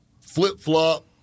flip-flop